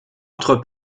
entre